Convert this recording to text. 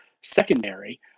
secondary